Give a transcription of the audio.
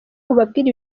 ubabwira